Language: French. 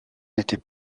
n’était